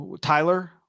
Tyler